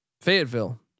Fayetteville